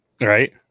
right